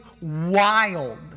wild